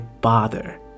bother